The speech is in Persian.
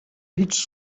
هیچ